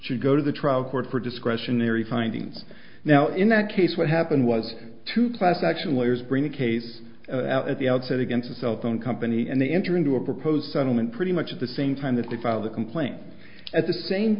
should go to the trial court for discretionary findings now in that case what happened was to price action lawyers bring a case out at the outset against a cell phone company and they enter into a proposed settlement pretty much at the same time that they filed a complaint at the same